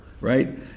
right